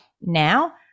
now